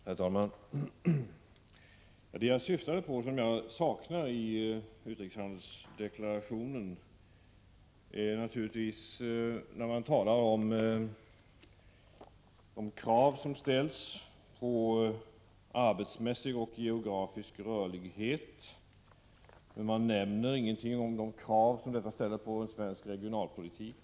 Herr talman! Det jag syftade på och som jag saknar i utrikeshandelsdeklarationen är att man, när man talar om krav som ställs på arbetsmässig och geografisk rörlighet, inte nämner någonting om de krav som detta ställer på svensk regionalpolitik.